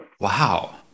Wow